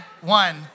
One